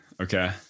Okay